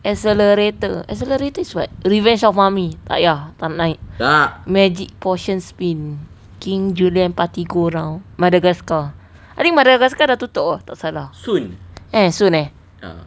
accelerator accelerator is what revenge of mummy tak payah tak nak naik magic potion spin king julien party go round madagascar I think madagascar dah tutup eh tak salah eh soon eh